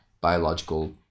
biological